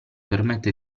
permette